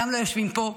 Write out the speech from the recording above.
גם ליושבים פה,